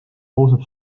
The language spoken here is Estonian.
koosneb